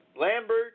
Lambert